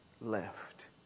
left